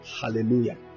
Hallelujah